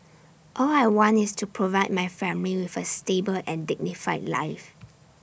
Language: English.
all I want is to provide my family with A stable and dignified life